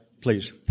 please